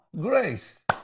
Grace